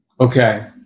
Okay